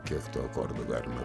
kiek tų akordų galima